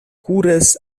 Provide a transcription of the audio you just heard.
kuras